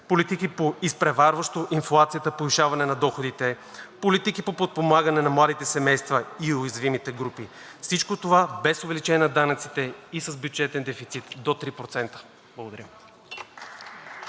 политики по изпреварващо инфлацията повишаване на доходите, политики по подпомагане на младите семейства и уязвимите групи. Всичко това – без увеличение на данъците и с бюджетен дефицит до 3%. Благодаря.